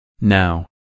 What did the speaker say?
Now